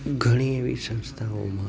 ઘણી એવી સંસ્થાઓમાં